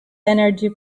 energy